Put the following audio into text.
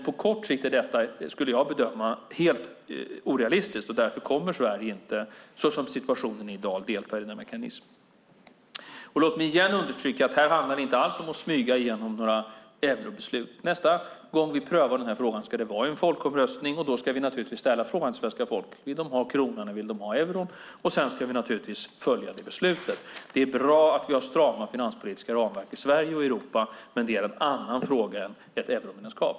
På kort sikt bedömer jag att detta är helt orealistiskt. Därför kommer Sverige inte, såsom situationen är i dag, att delta i mekanismen. Låt mig igen understryka att här handlar det inte alls om att smyga igenom några eurobeslut. Nästa gång vi prövar frågan ska det ske i en folkomröstning. Då ska vi naturligtvis fråga svenska folket om de vill ha kronan eller euron. Sedan ska vi naturligtvis följa det beslutet. Det är bra att vi har strama finanspolitiska ramverk i Sverige och i Europa, men det är en annan fråga än ett euromedlemskap.